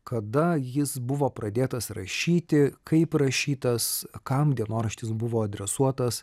kada jis buvo pradėtas rašyti kaip rašytas kam dienoraštis buvo adresuotas